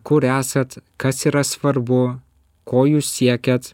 kur esat kas yra svarbu ko jūs siekiat